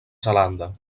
zelanda